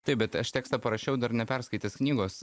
taip bet aš tekstą parašiau dar neperskaitęs knygos